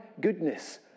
goodness